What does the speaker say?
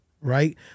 right